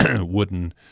wooden